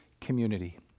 community